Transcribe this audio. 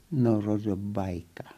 nuo žodžio baika